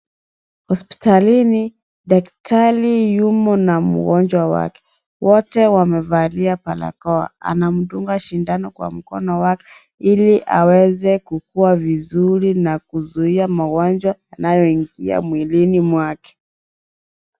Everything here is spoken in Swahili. Hospitalini daktari yumo na mgonjwa wake, wote wamevalia barakoa, anamdunga sindano kwa mkono wake ili aweze kukua vizuri na kuzuia magonjwa yanayoingia mwilini mwake.